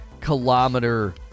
kilometer